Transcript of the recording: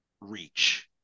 reach